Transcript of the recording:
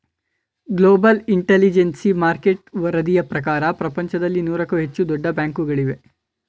global intelligence market ವರದಿಯ ಪ್ರಕಾರ ಪ್ರಪಂಚದಲ್ಲಿ ನೂರಕ್ಕೂ ಹೆಚ್ಚು ದೊಡ್ಡ ಬ್ಯಾಂಕುಗಳಿವೆ